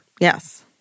Yes